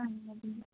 ആയിരുന്നു